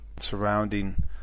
surrounding